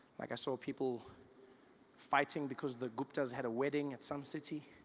like i saw people fighting because the gupta's had a wedding at sun city.